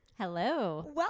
Hello